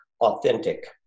authentic